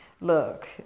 look